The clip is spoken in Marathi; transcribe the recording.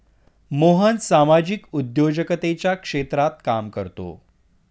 मोहन सामाजिक उद्योजकतेच्या क्षेत्रात काम करतो